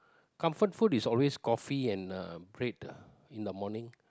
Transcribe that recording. comfort food is always coffee and uh bread ah in the morning